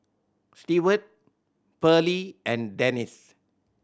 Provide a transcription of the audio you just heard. Steward Pearley and Denis